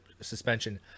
suspension